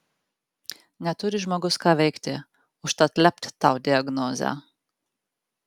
neturi žmogus ką veikti užtat lept tau diagnozę